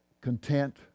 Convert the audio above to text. content